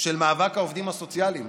של מאבק העובדים הסוציאליים: